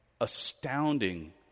astounding